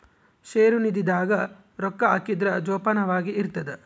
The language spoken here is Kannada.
ಷೇರು ನಿಧಿ ದಾಗ ರೊಕ್ಕ ಹಾಕಿದ್ರ ಜೋಪಾನವಾಗಿ ಇರ್ತದ